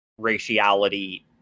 raciality